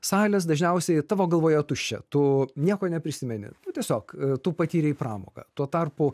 salės dažniausiai tavo galvoje tuščia tu nieko neprisimeni tiesiog tu patyrei pramogą tuo tarpu